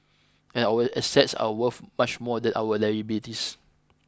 and our assets are worth much more than our liabilities